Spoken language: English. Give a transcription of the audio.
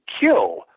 kill